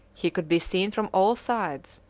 he could be seen from all sides,